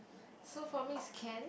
so for me is can